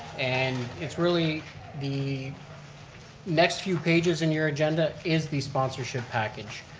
and it's really the next few pages in your agenda is the sponsorship package.